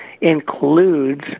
includes